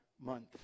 month